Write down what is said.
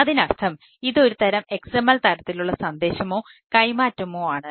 അതിനർത്ഥം ഇത് ഒരു തരം XML തരത്തിലുള്ള സന്ദേശമോ കൈമാറ്റമോ ആണ്